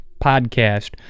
podcast